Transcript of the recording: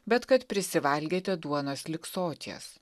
bet kad prisivalgėte duonos lig soties